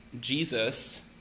Jesus